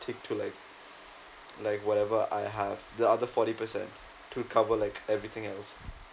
stick to like like whatever I have the other forty percent to cover like everything else